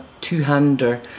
two-hander